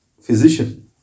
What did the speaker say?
physician